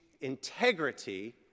integrity